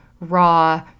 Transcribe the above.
raw